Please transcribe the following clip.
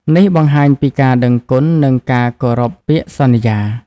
នេះបង្ហាញពីការដឹងគុណ និងការគោរពពាក្យសន្យា។